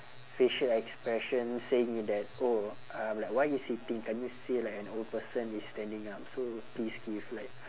facial expression saying that oh um like why you sitting can't you see like an old person is standing up so please give like